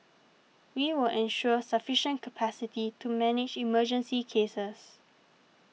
we will ensure sufficient capacity to manage emergency cases